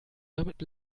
damit